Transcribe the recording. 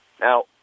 Now